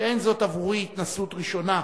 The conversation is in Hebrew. שאין זאת עבורי התנסות ראשונה,